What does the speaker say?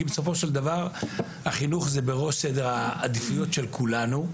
כי בסופו של דבר החינוך הוא בראש סדר העדיפויות של כולנו,